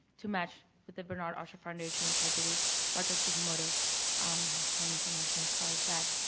too match the bernard osher foundation, which i believe dr. sugimoto has plenty information as far as that.